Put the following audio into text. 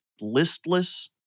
listless